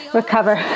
recover